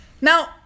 Now